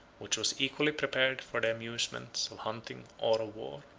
which was equally prepared for the amusements of hunting or of war.